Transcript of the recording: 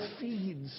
feeds